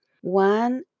One